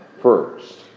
first